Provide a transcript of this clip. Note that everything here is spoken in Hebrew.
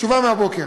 תשובה מהבוקר.